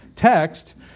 text